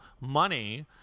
money